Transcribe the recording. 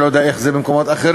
אני לא יודע איך זה במקומות אחרים,